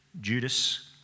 Judas